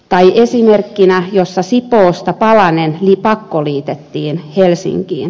otan esimerkkinä että sipoosta palanen pakkoliitettiin helsinkiin